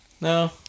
No